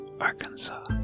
Arkansas